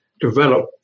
develop